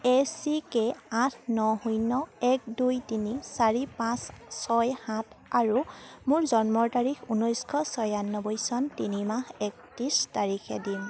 এ C K আঠ ন শূন্য এক দুই তিনি চাৰি পাঁচ ছয় সাত আৰু মোৰ জন্ম তাৰিখ ঊনৈছশ ছয়ানব্বৈ চন তিনি মাহ একত্ৰিছ তাৰিখে দিন